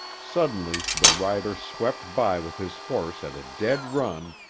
suddenly the rider swept by with his horse at a dead run,